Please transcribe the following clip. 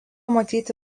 matyti